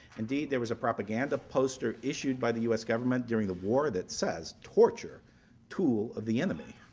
indeed there was a propaganda poster issued by the us government during the war that says, torture tool of the enemy.